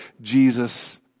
Jesus